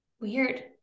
Weird